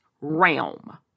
realm